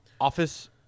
office